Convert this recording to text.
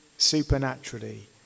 supernaturally